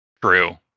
True